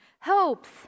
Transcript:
hopes